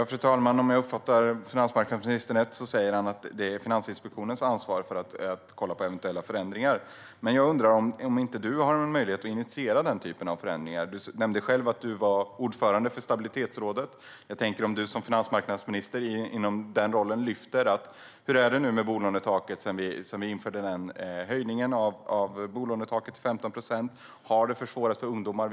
Fru talman! Om jag uppfattar finansmarknadsministern rätt säger han att det är Finansinspektionens ansvar att kolla på eventuella förändringar. Men jag undrar om inte ministern har möjlighet att initiera denna typ av förändringar. Ministern nämnde själv att han är ordförande för Stabilitetsrådet. Jag tänker att han som finansmarknadsminister i den rollen kan lyfta frågan om hur det är med bolånetaket sedan vi införde höjningen av det med 15 procent. Har det försvårat för ungdomar?